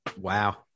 Wow